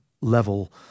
level